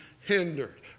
hindered